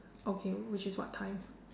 okay which is what time